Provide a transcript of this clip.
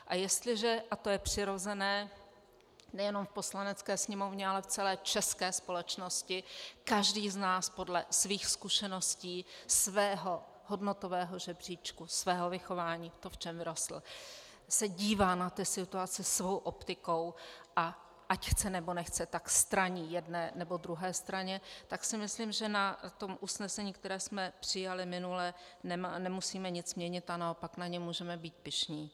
A jestliže, a to je přirozené nejen v Poslanecké sněmovně, ale v celé české společnosti, každý z nás podle svých zkušeností, svého hodnotového žebříčku, svého vychování, toho, v čem vyrostl, se dívá na ty situace svou optikou, a ať chce, nebo nechce, tak straní jedné nebo druhé straně, tak si myslím, že na tom usnesení, které jsme přijali minule, nemusíme nic měnit a naopak na ně můžeme být pyšní.